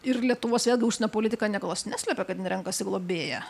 ir lietuvos vėlgi užsienio politika niekados neslepia kad renkasi globėją